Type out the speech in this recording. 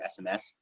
SMS